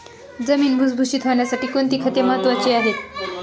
जमीन भुसभुशीत होण्यासाठी कोणती खते महत्वाची आहेत?